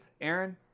Aaron